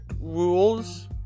rules